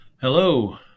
Hello